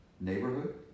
neighborhood